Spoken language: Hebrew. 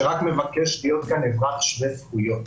שרק מבקש להיות כאן אזרח שווה-זכויות.